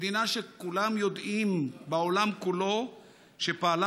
מדינה שכולם יודעים בעולם כולו שפעלה